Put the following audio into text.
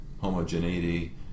homogeneity